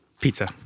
Pizza